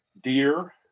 deer